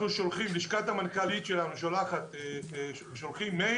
לשכת המנכ"לית שלנו שולחת מייל